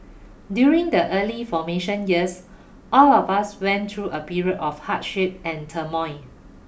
during the early formation years all of us went through a period of hardship and turmoil